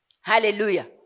Hallelujah